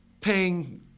paying